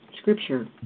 scripture